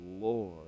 lord